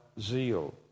zeal